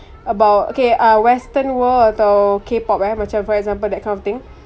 about okay uh western world atau K pop eh macam for example that kind of thing